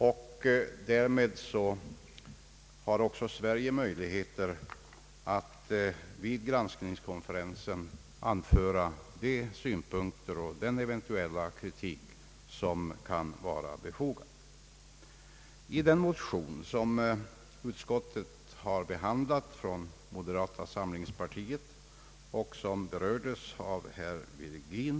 Vid granskningskonferensen har också Sverige möjlighet att anföra de synpunkter och den eventuella kritik som kan vara befogade. Utskottet har behandlat en motion från moderata samlingspartiet som berörts här av herr Virgin.